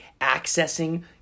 accessing